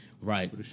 Right